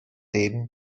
dim